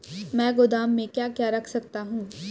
मैं गोदाम में क्या क्या रख सकता हूँ?